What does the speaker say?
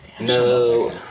No